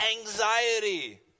anxiety